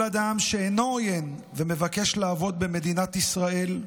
כל אדם שאינו עוין ומבקש לעבוד במדינת ישראל,